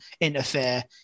interfere